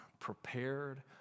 prepared